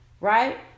Right